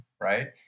Right